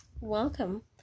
Welcome